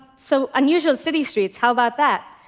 so unusual city streets, how about that?